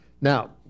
Now